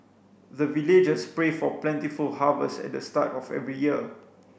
the villagers pray for plentiful harvest at the start of every year